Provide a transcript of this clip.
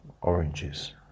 oranges